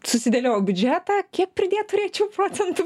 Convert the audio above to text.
susidėliojau biudžetą kiek pridėt turėčiau procentų